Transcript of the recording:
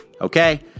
Okay